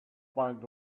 mind